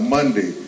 Monday